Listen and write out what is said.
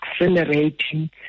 accelerating